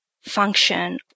function